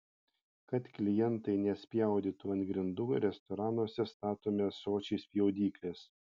kad klientai nespjaudytų ant grindų restoranuose statomi ąsočiai spjaudyklės